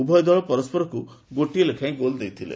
ଉଭୟ ଦଳ ପରସ୍କରକୁ ଗୋଟିଏ ଲେଖାଏଁ ଗୋଲ୍ ଦେଇଥିଲେ